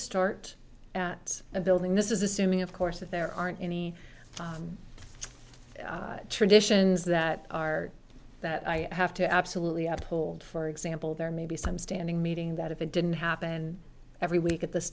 start a building this is assuming of course that there aren't any traditions that are that i have to absolutely uphold for example there may be some standing meeting that if it didn't happen every week at this